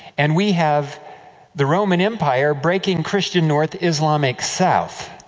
and we have the roman empire breaking christian north, islamic south.